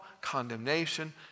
condemnation